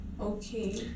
Okay